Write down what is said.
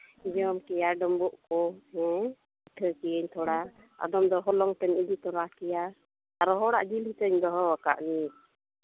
ᱟᱨ ᱵᱚᱱ ᱡᱚᱢ ᱠᱮᱭᱟ ᱰᱩᱢᱵᱩᱜ ᱠᱚ ᱦᱮᱸ ᱯᱤᱴᱷᱟᱹ ᱠᱤᱭᱟᱹᱧ ᱛᱷᱚᱲᱟ ᱟᱫᱚᱢ ᱫᱚ ᱦᱚᱞᱚᱝ ᱛᱮᱢ ᱤᱫᱤ ᱛᱚᱨᱟ ᱠᱮᱭᱟ ᱨᱚᱦᱚᱲ ᱟᱜ ᱡᱤᱞ ᱦᱚᱪᱚᱧ ᱫᱚᱦᱚ ᱟᱠᱟᱫ ᱜᱤᱭᱟᱹᱧ